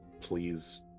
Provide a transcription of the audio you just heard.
Please